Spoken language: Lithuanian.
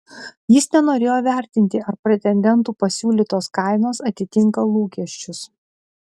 jis nenorėjo vertinti ar pretendentų pasiūlytos kainos atitinka lūkesčius